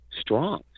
strong